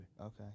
Okay